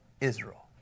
Israel